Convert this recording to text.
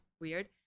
weird